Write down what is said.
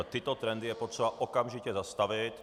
Tyto trendy je potřeba okamžitě zastavit.